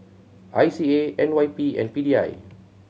I C A N Y P and P D I